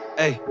hey